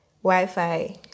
Wi-Fi